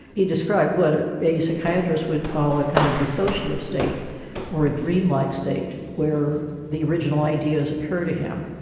he described what ah a psychiatrist would call a kind of dissociative state or a dreamlike state where the original ideas occur to him.